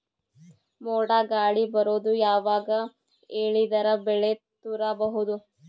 ಮೋಡ ಗಾಳಿ ಬರೋದು ಯಾವಾಗ ಹೇಳಿದರ ಬೆಳೆ ತುರಬಹುದು?